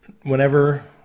Whenever